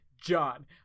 John